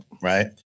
right